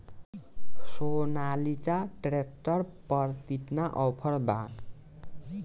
Sonalika tractor पर केतना offer बा?